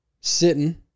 sitting